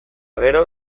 gero